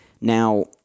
Now